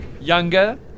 Younger